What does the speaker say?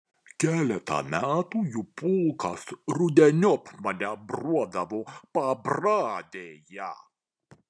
keletą metų jų pulkas rudeniop manevruodavo pabradėje